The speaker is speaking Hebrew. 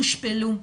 הושפלו,